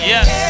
Yes